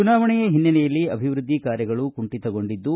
ಚುನಾವಣೆಯ ಹಿನ್ನಲೆಯಲ್ಲಿ ಅಭಿವೃದ್ದಿ ಕಾರ್ಯಗಳು ಕುಂಠಿತಗೊಂಡಿದ್ದು